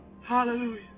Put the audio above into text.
Hallelujah